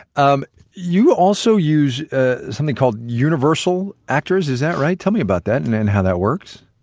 um you also use ah something called universal actors, is that right? tell me about that and and how that worked?